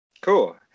Cool